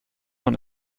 man